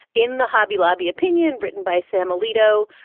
in the hobby lobby opinion written by sam alito,